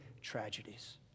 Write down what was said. tragedies